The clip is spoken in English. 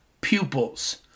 pupils